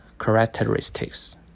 Characteristics